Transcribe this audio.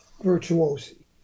virtuosi